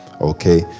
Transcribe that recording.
Okay